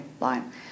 line